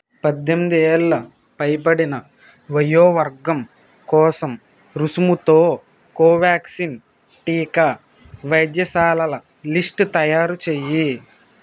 పద్దెనిమిది ఏళ్ళ పైబడిన వయోవర్గం కోసం రుసుముతో కోవ్యాక్సిన్ టీకా వైద్యశాలల లిస్ట్ తయారు చెయ్యి